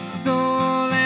soul